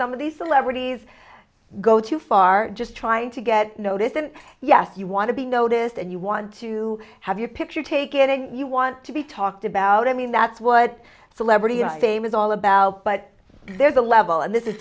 some of these celebrities go too far just trying to get noticed and yes you want to be noticed and you want to have your picture taken and you want to be talked about i mean that's what celebrity and fame is all about but there's a level and this is